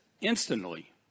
instantly